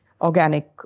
organic